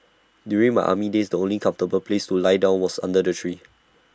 during my army days the only comfortable place to lie down was under the tree